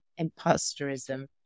imposterism